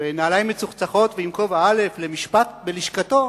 עם נעליים מצוחצחות ועם כובע א' למשפט בלשכתו.